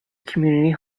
community